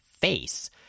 face